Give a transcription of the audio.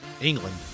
england